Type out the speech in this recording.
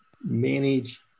manage